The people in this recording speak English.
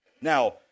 Now